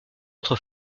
entre